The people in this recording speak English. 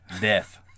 death